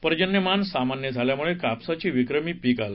पर्जन्यमान सामान्य झाल्यामुळे कापसाचं विक्रमी पीक झालं